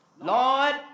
Lord